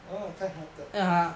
oh kind hearted